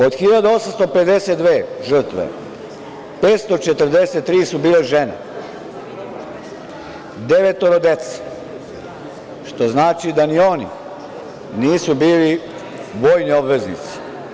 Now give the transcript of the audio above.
Od 1.852 žrtve, 543 su bile žene, devetoro dece, što znači da ni oni nisu bili vojni obveznici.